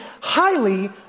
highly